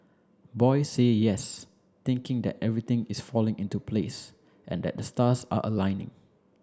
boy say yes thinking that everything is falling into place and that the stars are aligning